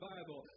Bible